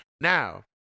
Now